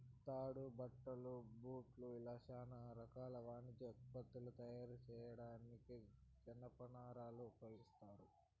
తాడు, బట్టలు, బూట్లు ఇలా చానా రకాల వాణిజ్య ఉత్పత్తులను తయారు చేయడానికి జనపనారను ఉపయోగిత్తారు